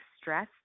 stress